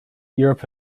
europe